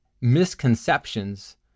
misconceptions